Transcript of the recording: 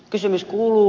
kysymys kuuluu